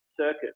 circuit